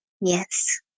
Yes